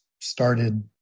started